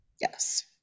Yes